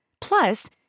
Plus